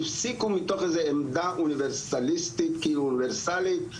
הפסיקו מתוך איזה עמדה אוניברסליסטית אוניברסלית,